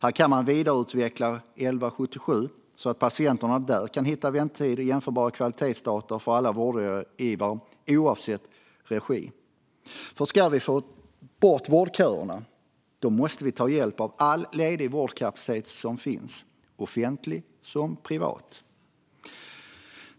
Här kan man vidareutveckla 1177 så att patienterna kan hitta väntetider och jämförbara kvalitetsdata där för alla vårdgivare, oavsett regi. Ska vi få bort vårdköerna måste vi ta hjälp av all ledig vårdkapacitet som finns, offentlig som privat.